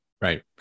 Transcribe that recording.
Right